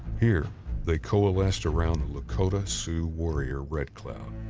here they coalesced around the lakota sioux warrior, red cloud.